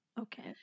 Okay